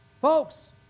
Folks